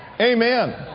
Amen